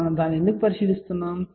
మనము దానిని ఎందుకు పరిశీలిస్తున్నాము